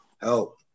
Help